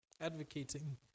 Advocating